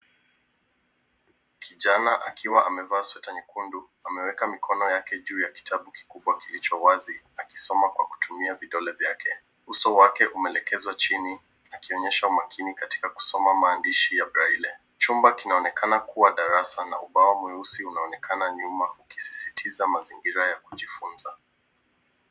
Kijana akiwa amevaa sweta nyekundu, ameweka mikono yake juu ya kitabu kikubwa kilichowazi akisoma kwa kutumia vidole vyake, uso wake umeelekezwa chini akionyesha umakini katika kusoma maandishi ya braille .Chumba kinaonekana kuwa darasa, na ubao mweusi unaonekana nyuma ukisisitiza mazingira ya kujifunza.